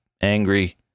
angry